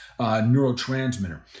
neurotransmitter